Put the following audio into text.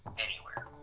anywhere.